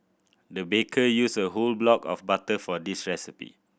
the baker used a whole block of butter for this recipe